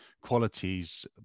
qualities